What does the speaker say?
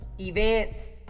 events